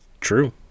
true